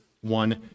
one